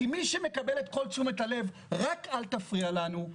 כי מי שמקבל את כל תשומת הלב רק אל תפריע לנו,